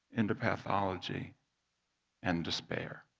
into pathology and despair.